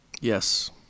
Yes